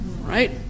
Right